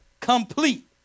complete